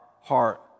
heart